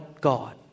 God